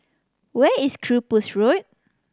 where is Cyprus Road